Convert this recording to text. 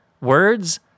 words